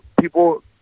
people